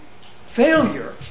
failure